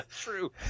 true